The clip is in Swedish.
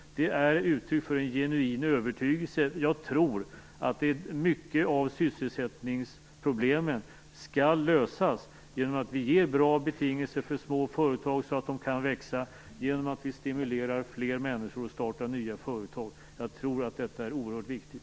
Det är ett uttryck för en genuin övertygelse. Jag tror att många av sysselsättningsproblemen skall lösas genom att vi ger bra betingelser för små företag så att de kan växa och genom att vi stimulerar fler människor att starta nya företag. Jag tror att detta är oerhört viktigt.